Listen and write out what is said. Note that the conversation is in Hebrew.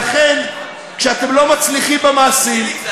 ולכן, כשאתם לא מצליחים במעשים, חיליק, זה,